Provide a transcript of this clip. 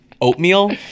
oatmeal